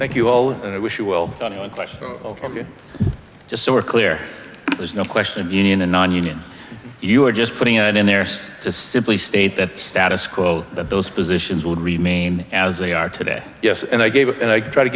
thank you all and i wish you well on one question just sort of clear there's no question of union and nonunion you're just putting it in there's just simply state that status quo that those positions would remain as they are today yes and i gave up and tried to